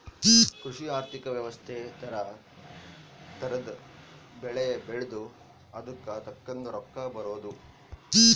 ಕೃಷಿ ಆರ್ಥಿಕ ವ್ಯವಸ್ತೆ ತರ ತರದ್ ಬೆಳೆ ಬೆಳ್ದು ಅದುಕ್ ತಕ್ಕಂಗ್ ರೊಕ್ಕ ಬರೋದು